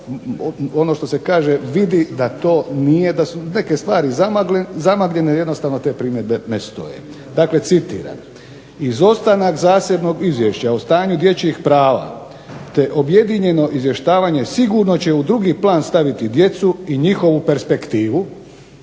Zakon, što se kaže vidi, neke stvari zamagljene jednostavno te primjedbe ne stoje. Dakle citiram: "izostanak zasebnog izvješća o stanju dječjih prava, te objedinjeno izvještavanje sigurno će u drugi plan staviti djecu i njihovu perspektivu